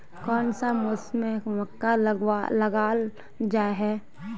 कोन सा मौसम में मक्का लगावल जाय है?